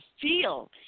feel